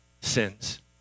sins